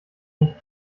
nicht